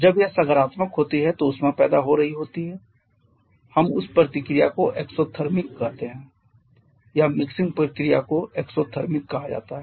जब यह सकारात्मक होता है तो उष्मा पैदा हो रही है हम उस प्रतिक्रिया को एक्सोथर्मिक कहते हैं या मिक्सिंग प्रक्रिया को एक्सोथर्मिक कहा जाता है